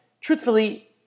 truthfully